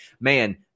man